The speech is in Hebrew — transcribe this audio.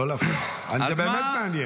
זה באמת מעניין.